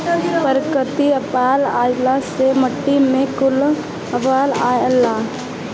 प्राकृतिक आपदा आइला से माटी में कटाव आवे लागेला